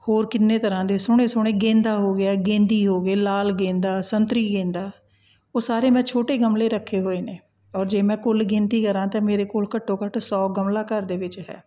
ਹੋਰ ਕਿੰਨੇ ਤਰ੍ਹਾਂ ਦੇ ਸੋਹਣੇ ਸੋਹਣੇ ਗੇਂਦਾ ਹੋ ਗਿਆ ਗੇਂਦੀ ਹੋ ਗਏ ਲਾਲ ਗੇਂਦਾ ਸੰਤਰੀ ਗੇਂਦਾ ਉਹ ਸਾਰੇ ਮੈਂ ਛੋਟੇ ਗਮਲੇ ਰੱਖੇ ਹੋਏ ਨੇ ਔਰ ਜੇ ਮੈਂ ਕੁੱਲ ਗਿਣਤੀ ਕਰਾਂ ਤਾਂ ਮੇਰੇ ਕੋਲ ਘੱਟੋ ਘੱਟ ਸੌ ਗਮਲਾ ਘਰ ਦੇ ਵਿੱਚ ਹੈ